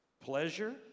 Pleasure